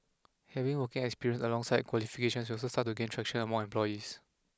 having working experience alongside qualifications will also start to gain traction among employees